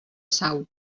sau